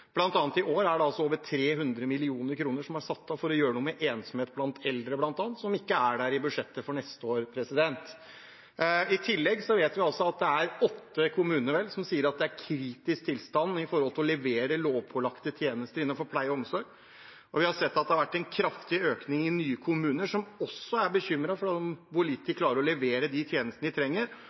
I år er det bl.a. satt av over 300 mill. kr til å gjøre noe med ensomhet blant eldre, penger som ikke er der i budsjettet for neste år. I tillegg vet vi at det er åtte kommuner som sier at det er en kritisk tilstand når det gjelder å levere lovpålagte tjenester innenfor pleie og omsorg. Vi har også sett at det har vært en kraftig økning i antallet nye kommuner som er bekymret for om de klarer å levere de tjenestene de trenger.